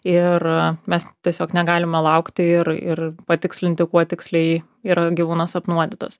ir mes tiesiog negalima laukti ir ir patikslinti kuo tiksliai yra gyvūnas apnuodytas